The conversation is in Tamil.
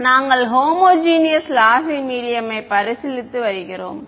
மாணவர் நாங்கள் ஹோமோஜினியஸ் லாசி மீடியம் யை பரிசீலித்து வருகிறோம்